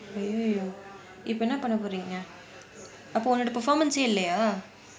maybe you இப்போ என்ன பண்ண போறீங்க அப்போ உன்னோட:ippo enna panna poringa appo unoda performance eh இல்லையா:illaiyaa